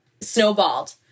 snowballed